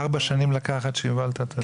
ארבע שנים לקח עד שקיבלת את הדירה?